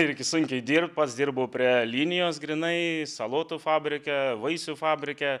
irgi sunkiai dirbt pats dirbau prie linijos grynai salotų fabrike vaisių fabrike